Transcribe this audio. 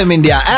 India